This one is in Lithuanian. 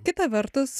kita vertus